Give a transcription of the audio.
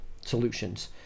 solutions